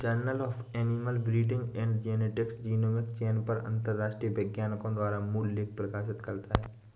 journal of animal breeding and genetics genomic चयन पर अंतरराष्ट्रीय वैज्ञानिकों द्वारा मूल लेख प्रकाशित करता है